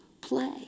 play